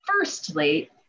firstly